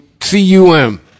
C-U-M